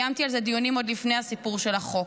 קיימתי על זה דיונים עוד לפני הסיפור של החוק.